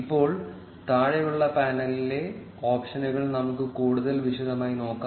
ഇപ്പോൾ താഴെയുള്ള പാനലിലെ ഓപ്ഷനുകൾ നമുക്ക് കൂടുതൽ വിശദമായി നോക്കാം